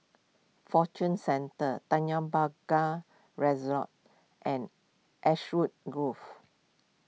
Fortune Centre Tanjong Pagar resort and Ashwood Grove